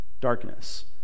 Darkness